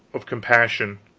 of compassion.